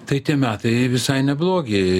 tai tie metai visai neblogi